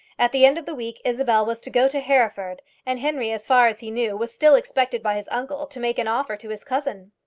at the end of the week isabel was to go to hereford, and henry, as far as he knew, was still expected by his uncle to make an offer to his cousin.